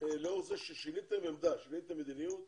לאור זה ששיניתם עמדה,